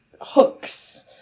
hooks